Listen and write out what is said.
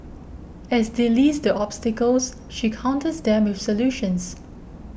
as they list the obstacles she counters them with solutions